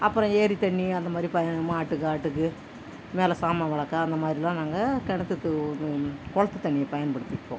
அப்புறம் ஏரி தண்ணி அந்தமாதிரி இப்போ மாட்டுக்கு ஆட்டுக்கு மேலே சாமான் விளக்க அந்த மாதிரிலாம் நாங்கள் கிணத்து து குளத்து தண்ணியை பயன்படுத்திப்போம்